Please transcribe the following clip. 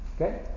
Okay